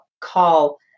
call